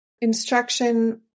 instruction